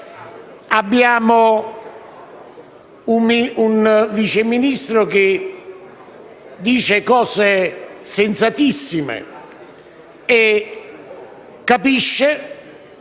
Abbiamo un Vice Ministro che dice cose sensatissime e capisce